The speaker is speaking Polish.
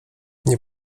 nie